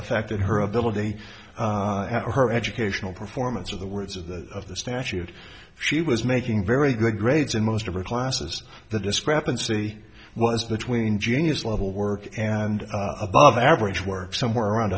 affected her ability or her educational performance of the words of the of the statute she was making very good grades in most of her classes the discrepancy was between genius level work and above average work somewhere around